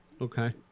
Okay